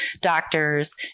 doctors